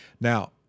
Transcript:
Now